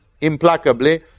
implacably